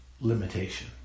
limitation